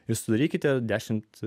ir surykite dešimt